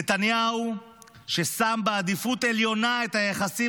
נתניהו ששם בעדיפות עליונה את היחסים